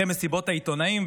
אחרי מסיבות העיתונאים,